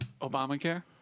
Obamacare